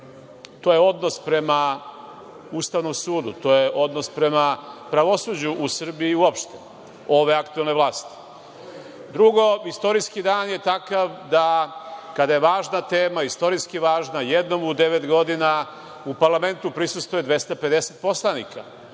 To je odnos prema Ustavnom sudu, to je odnos prema pravosuđu u Srbiji uopšte ove aktuelne vlasti. Drugo, istorijski dan je takav da kada je važna tema, istorijska važna, jednom u devet godina u parlamentu prisustvuje 250 poslanika.